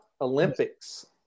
olympics